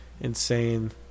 insane